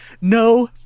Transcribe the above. No